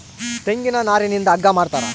ತೆಂಗಿನ ನಾರಿಂದ ಹಗ್ಗ ಮಾಡ್ತಾರ